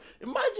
Imagine